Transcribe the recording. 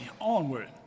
onward